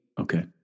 Okay